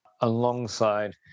alongside